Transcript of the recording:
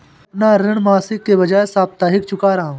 मैं अपना ऋण मासिक के बजाय साप्ताहिक चुका रहा हूँ